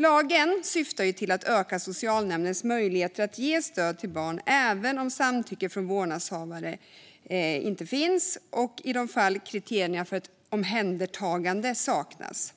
Lagen syftar till att öka socialnämndens möjligheter att ge stöd till barn även om samtycke från vårdnadshavare inte finns och i de fall där kriterier för ett omhändertagande saknas.